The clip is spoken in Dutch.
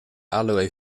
aloë